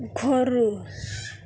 گھر